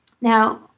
Now